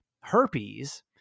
herpes